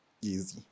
Easy